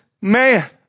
man